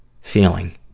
feeling